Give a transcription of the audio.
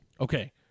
Okay